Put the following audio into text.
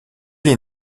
est